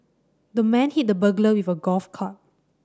the man hit the burglar with a golf club